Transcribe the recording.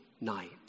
night